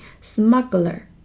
Smuggler